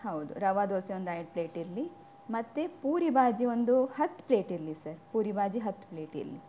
ಹೌದು ರವೆ ದೋಸೆ ಒಂದು ಐದು ಪ್ಲೇಟ್ ಇರಲಿ ಮತ್ತು ಪೂರಿ ಭಾಜಿ ಒಂದು ಹತ್ತು ಪ್ಲೇಟ್ ಇರಲಿ ಸರ್ ಪೂರಿ ಭಾಜಿ ಹತ್ತು ಪ್ಲೇಟ್ ಇರಲಿ